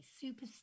super